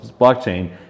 blockchain